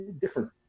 different